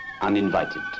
uninvited